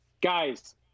Guys